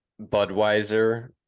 Budweiser